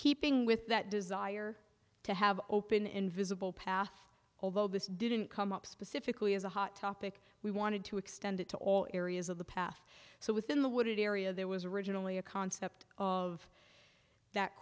keeping with that desire to have open invisible path although this didn't come up specifically as a hot topic we wanted to extend it to all areas of the path so within the wooded area there was originally a concept of that